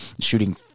Shooting